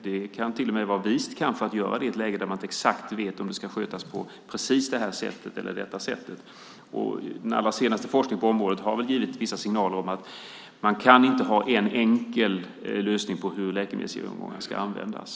Det kan till och med vara vist att göra det i ett läge där man inte exakt vet om det ska skötas på precis det ena eller det andra sättet. Den allra senaste forskningen på området har givit vissa signaler om att man inte kan ha en enkel lösning på hur läkemedelsgenomgångar ska användas.